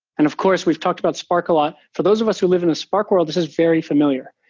and of course, we've talked about spark a lot. for those of us who live in a spark world, this is very familiar.